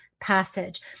passage